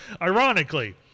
Ironically